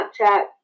Snapchat